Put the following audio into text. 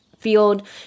field